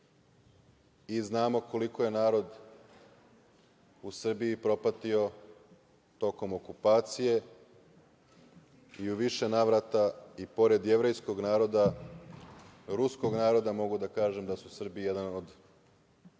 i znamo koliko je narod u Srbiji propatio tokom okupacije i u više navrata, i pored jevrejskog naroda, ruskog naroda, mogu da kažem da su Srbi jedan od